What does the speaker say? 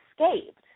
escaped